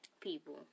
people